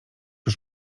już